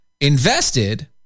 invested